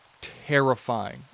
terrifying